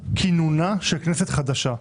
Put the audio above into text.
כינונה של כנסת חדשה.